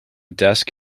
desk